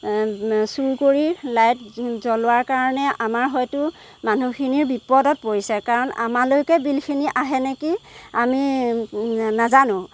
চুৰ কৰি লাইট জ্বলোৱাৰ কাৰণে আমাৰ হয়তো মানুহখিনিৰ বিপদত পৰিছে কাৰণ আমালৈকে বিলখিনি আহে নেকি আমি নাজানো